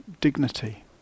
dignity